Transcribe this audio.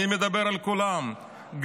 אני מדבר על כולם,